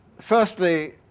Firstly